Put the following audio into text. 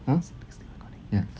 is it still recording